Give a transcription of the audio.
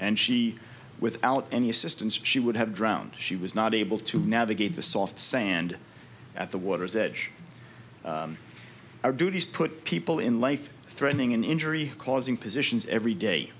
and she without any assistance she would have drowned she was not able to navigate the soft sand at the water's edge or duties put people in life threatening an injury causing positions every day